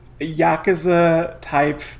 Yakuza-type